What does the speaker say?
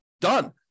Done